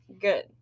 good